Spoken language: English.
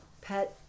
pet